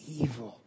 evil